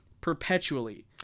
perpetually